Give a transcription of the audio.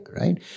Right